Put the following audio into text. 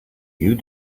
you